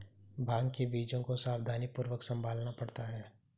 भांग के बीजों को सावधानीपूर्वक संभालना पड़ता है